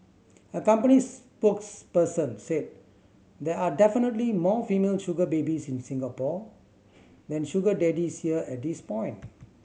a company spokesperson said there are definitely more female sugar babies in Singapore than sugar daddies here at this point